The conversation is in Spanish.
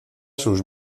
sus